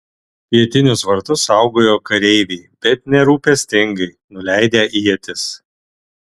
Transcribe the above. pietinius vartus saugojo kareiviai bet nerūpestingai nuleidę ietis